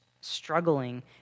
struggling